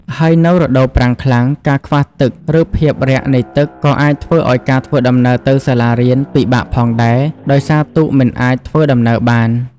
ហើយនៅរដូវប្រាំងខ្លាំង ការខ្វះទឹក ឬភាពរាក់នៃទឹក ក៏អាចធ្វើឱ្យការធ្វើដំណើរទៅសាលារៀនពិបាកផងដែរ ដោយសារទូកមិនអាចធ្វើដំណើរបាន។